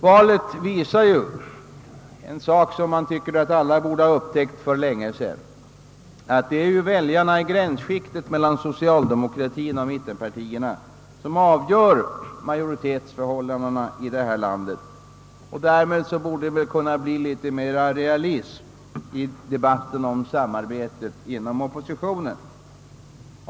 Valet visar, något som man tycker att alla borde ha upptäckt för länge sedan, att det är väljarna i gränsskiktet mellan socialdemokratien och mittenpartierna som avgör majoritetsförhållandena i detta land, och därmed borde det kunna bli litet mera realism i debatten om samarbetet inom oppositionen.